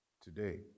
today